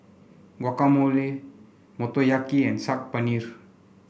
Guacamole Motoyaki and Saag Paneer